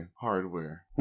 hardware